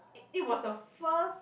it was the first